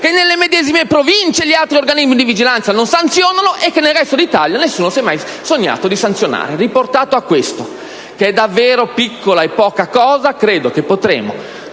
che, nelle medesime province, gli altri organismi di vigilanza non sanzionano e che nel resto d'Italia nessuno si è mai sognato di sanzionare. Ritornando a questo provvedimento, che è davvero piccola e poca cosa, credo che potremo